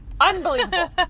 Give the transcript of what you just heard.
Unbelievable